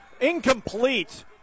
Incomplete